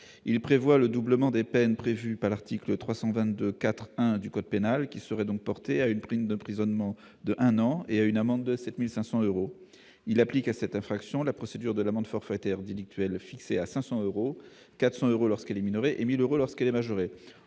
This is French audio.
Il double les peines prévues à l'article 322-4-1 du code pénal, avec une peine d'emprisonnement d'un an et une amende de 7 500 euros. En outre, il applique à cette infraction la procédure de l'amende forfaitaire délictuelle fixée à 500 euros, 400 euros lorsqu'elle est minorée et 1 000 euros lorsqu'elle est majorée.